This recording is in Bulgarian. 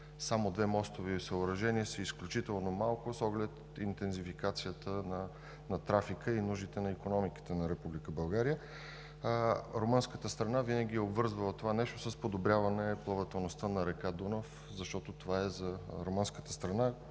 само две мостови съоръжения са изключително малко с оглед интензивността на трафика и нуждите на икономиката на Република България. Румънската страна винаги е обвързвала това нещо с подобряване плавателността на река Дунав, защото това за румънската страна